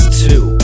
two